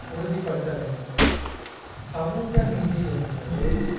உறுதிப்படுத்த வேண்டும் சமூக நீதி என்பது